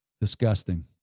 Disgusting